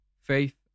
faith